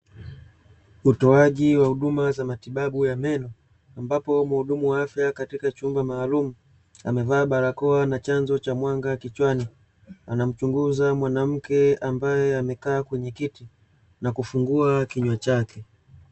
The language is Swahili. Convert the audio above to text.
Utoaji wa huduma za matibabu ya meno, ambapo muhudumu wa afya katika chumba maalumu, amevaa barakoa na chanzo cha mwanga kichwani. Anamchunguza mwanamke, ambae amekaa kwenye kiti na kufungua kinywa chake.